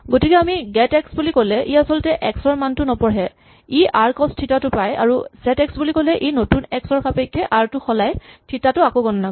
গতিকে আমি get x বুলি ক'লে ই আচলতে এক্স ৰ মানটো নপঢ়ে ই আৰ কছ থিতা টো পায় আৰু ছেট এক্স বুলি ক'লে ই নতুন এক্স ৰ সাপেক্ষে আৰ টো সলাই থিতা টো আকৌ গণনা কৰিব